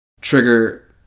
trigger